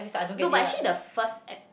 no but actually the first